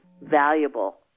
valuable